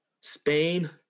Spain